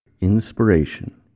INSPIRATION